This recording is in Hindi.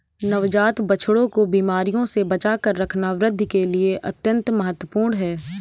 नवजात बछड़ों को बीमारियों से बचाकर रखना वृद्धि के लिए अत्यंत महत्वपूर्ण है